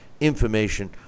information